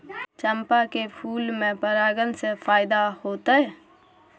चंपा के फूल में परागण से फायदा होतय?